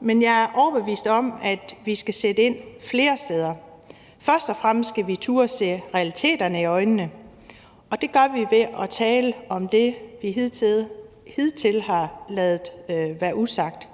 men jeg er overbevist om, at vi skal sætte ind flere steder. Først og fremmest skal vi turde se realiteterne i øjnene, og det gør vi ved at tale om det, vi hidtil har ladet være usagt.